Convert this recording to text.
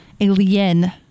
Alien